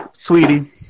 Sweetie